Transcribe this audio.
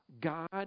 God